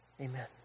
Amen